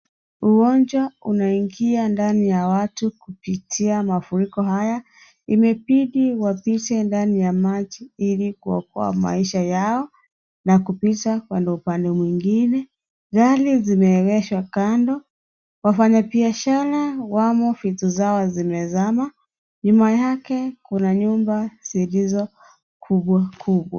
Ugonjwa unaingia ndani ya watu kupitia mafuriko haya. Imebidi wapite ndani ya maji ili kuokoa maisha yao na kupita kuenda upande mwingine. Gari zimeegesha kando. Wafanya biashara wamo vitu zao zimezama. Nyuma yake kuna nyumba ziilizo kubwa kubwa.